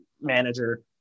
manager